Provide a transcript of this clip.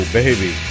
baby